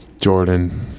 Jordan